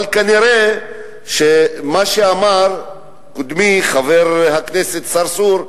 אבל כנראה מה שאמר קודמי, חבר הכנסת צרצור,